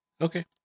Okay